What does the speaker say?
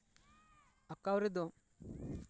ᱟᱸᱠᱟᱣ ᱨᱮᱫᱚ